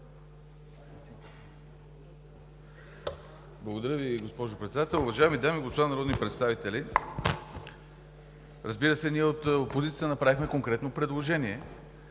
Благодаря Ви, госпожо Председател. Уважаеми дами и господа народни представители, разбира се, ние от опозицията направихме конкретно предложение